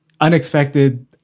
unexpected